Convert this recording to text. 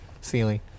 ceiling